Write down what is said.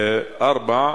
ארבע,